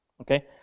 okay